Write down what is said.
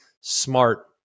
smart